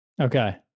Okay